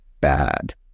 bad